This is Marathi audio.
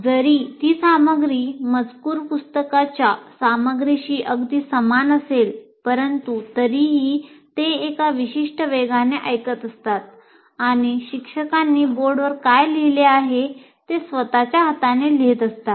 जरी ती सामग्री मजकूर पुस्तकाच्या सामग्रीशी अगदी समान असेल परंतु तरीही ते एका विशिष्ट वेगाने ऐकत असतात आणि शिक्षकांनी बोर्डवर काय लिहिले आहे ते स्वत च्या हातांनी लिहित असतात